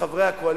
וחברי הקואליציה,